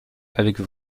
avec